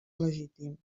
legítim